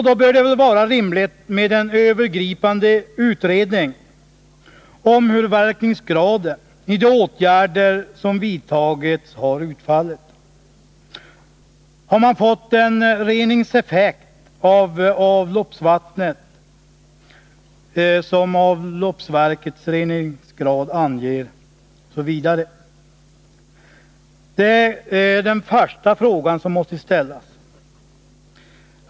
Då bör det väl vara rimligt med en övergripande utredning av hur de åtgärder som vidtagits har utfallit. Har man fått den reningseffekt av avloppsvattnet som avloppsverkets reningsgrad anger? Det är den första fråga som måste ställas.